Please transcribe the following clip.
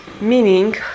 meaning